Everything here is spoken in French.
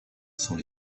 sont